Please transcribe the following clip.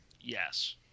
Yes